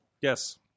Yes